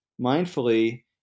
mindfully